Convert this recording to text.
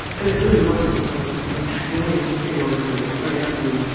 and it really wasn't and the only thing was that when i got to